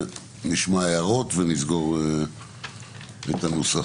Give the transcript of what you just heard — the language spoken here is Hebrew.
נשמע הערות ונסגור את הנוסח.